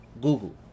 Google